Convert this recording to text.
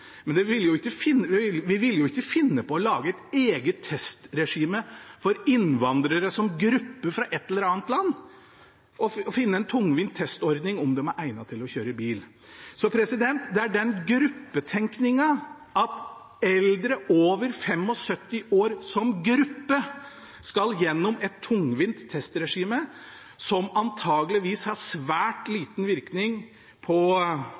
vi ville jo ikke finne på å lage et eget testregime for innvandrere som gruppe fra et eller annet land, og finne en tungvint ordning for å teste om de er egnet til å kjøre bil. Det dreier seg også om gruppetenkning at eldre over 75 år – som gruppe – skal gjennom et tungvint testregime, som antakeligvis har svært liten virkning på